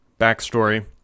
backstory